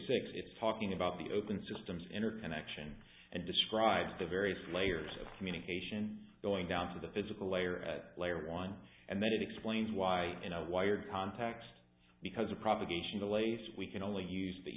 six it's talking about the open systems interconnection and describes the various layers of communication going down to the physical layer at layer one and that explains why in a wired context because of propagation to lace we can only use the